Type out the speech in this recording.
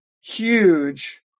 huge